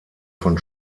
von